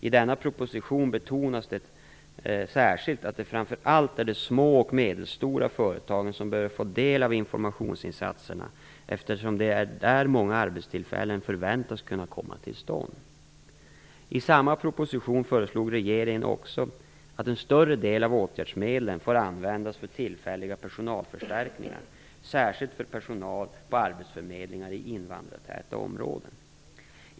I denna proposition betonades det särskilt att det framför allt är de små och medelstora företagen som behöver få del av informationsinsatserna, eftersom det är där många arbetstillfällen förväntas kunna komma till stånd. I samma proposition föreslog regeringen också att en större del av åtgärdsmedlen får användas för tillfälliga personalförstärkningar särskilt för personal på arbetsförmedlingar i invandrartäta områden.